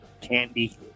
candy